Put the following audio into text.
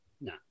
No